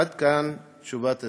עד כאן תשובת התאגיד.